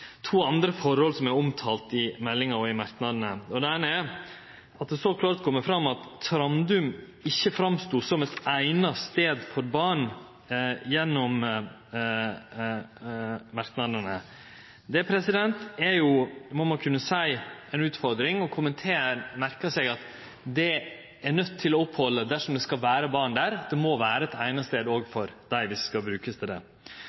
i merknadene. Det eine er at det så klart kjem fram at Trandum ikkje framstod som ein eigna stad for barn, gjennom merknadene. Det må ein kunne seie er ei utfordring, og komiteen merka seg at det er det naudsynt å få ein slutt på dersom det skal vere barn der. Det må vere ein eigna stad òg for dei, dersom det skal brukast til det.